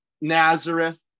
Nazareth